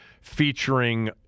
featuring